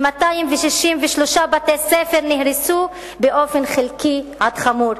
ו-263 בתי-ספר נהרסו באופן חלקי עד חמור.